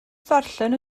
ddarllen